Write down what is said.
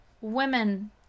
women